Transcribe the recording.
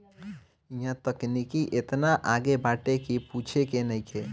इहां तकनीकी एतना आगे बाटे की पूछे के नइखे